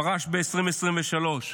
פרש ב-2023,